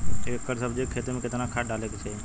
एक एकड़ सब्जी के खेती में कितना खाद डाले के चाही?